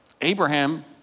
Abraham